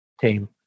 team